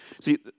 See